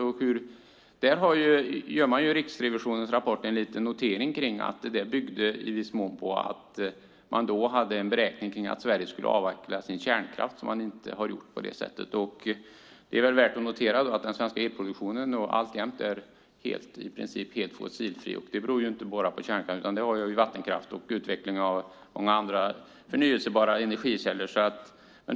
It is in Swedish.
I Riksrevisionens rapport finns det en liten notering om att det i viss mån byggde på att man då beräknade att Sverige skulle avveckla sin kärnkraft, vilket inte gjorts på det sättet. Det är väl värt att notera att den svenska elproduktionen alltjämt är i princip helt fossilfri. Det beror inte bara på kärnkraften, utan det har också att göra med vattenkraften och med utvecklingen av många förnybara energikällor.